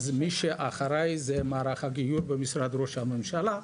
אז מי שאחראי זה מערך הגיור במשרד ראש הממשלה,